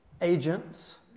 agents